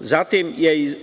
zatim je